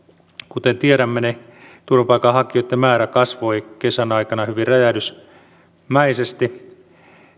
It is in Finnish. kuten tiedämme turvapaikanhakijoitten määrä kasvoi kesän aikana hyvin räjähdysmäisesti